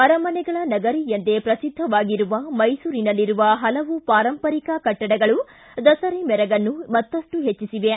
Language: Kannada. ಅರಮನೆಗಳ ನಗರ ಎಂದೇ ಪ್ರಸಿದ್ದವಾಗಿರುವ ಮೈಸೂರಿನಲ್ಲಿರುವ ಹಲವು ಪಾರಂಪರಿಕಾ ಕಟ್ಟಡಗಳು ದಸರೆ ಮೆರುಗನ್ನು ಮತ್ತಪ್ಟು ಹೆಚ್ಚಿಸಿವೆ